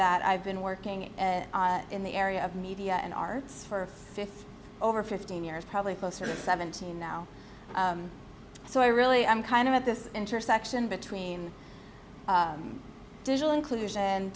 that i've been working in the area of media and our for over fifteen years probably closer to seventeen now so i really i'm kind of at this intersection between digital inclusion